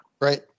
Right